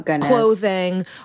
clothing